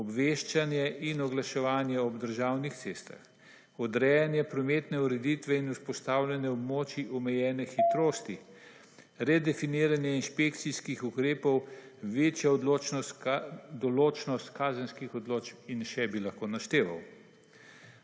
obveščanje in oglaševanje ob državnih cestah, odrejanje prometne ureditve in vzpostavljanje območij omejene hitrosti, redefiniranje inšpekcijskih ukrepov, večja določnost kazenskih odločb in še bi lahko našteval.